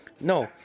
No